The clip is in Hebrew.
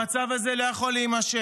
המצב הזה לא יכול להימשך,